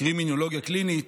קרימינולוגיה קלינית,